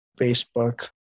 Facebook